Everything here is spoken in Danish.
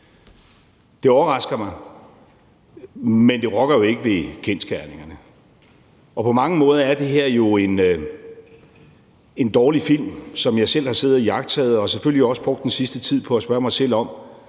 Det overrasker mig, men det rokker jo ikke ved kendsgerningerne. På mange måder er det her en dårlig film, som jeg selv har siddet og iagttaget. Og jeg har selvfølgelig også brugt den sidste tid på at spørge mig selv om,